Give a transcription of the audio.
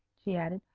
she added.